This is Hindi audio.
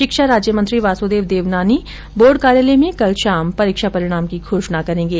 शिक्षा राज्य मंत्री वासुदेव देवनानी बोर्ड कार्यालय में कल शाम परीक्षा परिणाम की घोषणा करेंगे